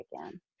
again